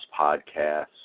podcasts